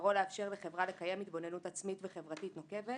שעיקרו לאפשר לחברה לקיים התבוננות עצמית וחברתית נוקבת